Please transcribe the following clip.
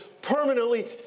Permanently